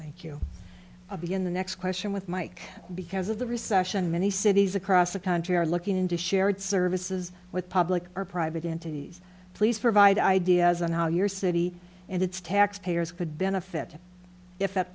thank you begin the next question with mike because of the recession many cities across the country are looking into shared services with public or private entities please provide ideas on how your city and its taxpayers could benefit if at